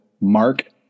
Mark